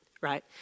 right